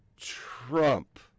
Trump